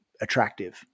attractive